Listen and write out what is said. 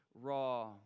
raw